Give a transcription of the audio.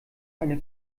eine